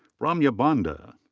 ramya banda.